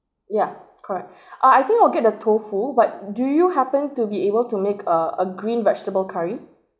yeah correct uh I think we'll get the tofu but do you happen to be able to make a green vegetable curry